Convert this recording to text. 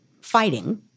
fighting